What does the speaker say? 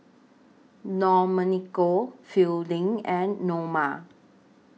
Domenico Fielding and Noma